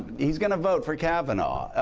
he's going to vote for kavanaugh.